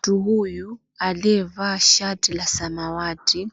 Mtu huyu aliyevaa shati la samawati